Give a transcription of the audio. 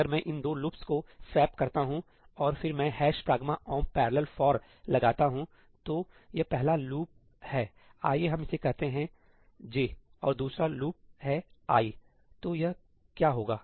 अगर मैं इन दो लूप्स को स्वैप करता हूं और फिर मैं ' pragma omp parallel for' लगाता हूं तो यह पहला लूप है आइए हम इसे कहते हैं j और दूसरा लूप है i तो यह क्या होगा